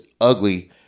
ugly